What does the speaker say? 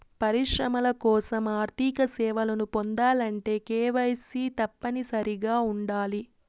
పరిశ్రమల కోసం ఆర్థిక సేవలను పొందాలంటే కేవైసీ తప్పనిసరిగా ఉండాలి